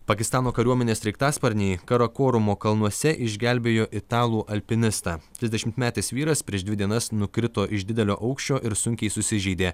pakistano kariuomenės sraigtasparniai karakorumo kalnuose išgelbėjo italų alpinistą trisdešimmetis vyras prieš dvi dienas nukrito iš didelio aukščio ir sunkiai susižeidė